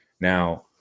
Now